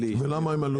למה הם עלו?